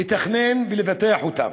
לתכנן ולפתח אותם.